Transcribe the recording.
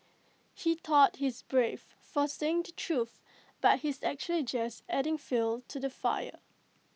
he thought he's brave for saying the truth but he's actually just adding fuel to the fire